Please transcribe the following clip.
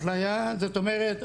אפליה זאת אומרת,